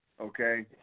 Okay